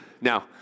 Now